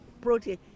protein